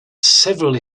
several